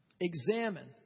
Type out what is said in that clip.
Examine